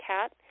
Cat